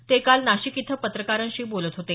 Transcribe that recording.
ते काल नाशिक इथं पत्रकारांशी बोलत होते